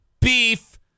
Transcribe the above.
Beef